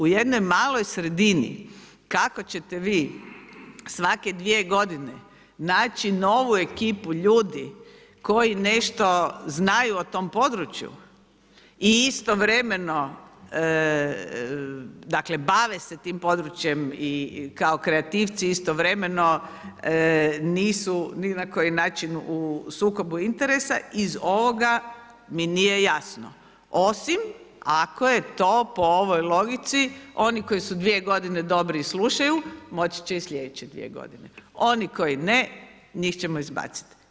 U jednoj maloj sredini kako ćete vi svake dvije godine naći novu ekipu ljudi koji nešto znaju o tom području i istovremeno dakle bave se tim područjem i kao kreativci istovremeno nisu ni na koji način u sukobu interesa iz ovoga mi nije jasno osim ako je to po ovoj logici oni koji su dvije godine dobri i slušaju moći će i sljedeće 2 godine, oni koji ne, njih ćemo izbaciti.